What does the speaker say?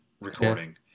recording